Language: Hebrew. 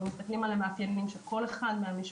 אנחנו מסתכלים על המאפיינים של כל אחד מהמשפחה,